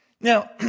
Now